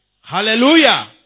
Hallelujah